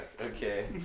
okay